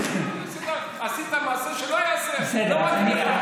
עשית מעשה שלא ייעשה, בסדר.